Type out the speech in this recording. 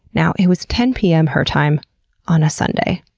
now, it was ten pm her time on a sunday,